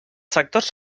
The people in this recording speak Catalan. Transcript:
sectors